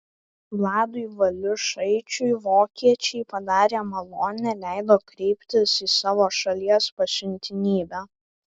vladui valiušaičiui vokiečiai padarė malonę leido kreiptis į savo šalies pasiuntinybę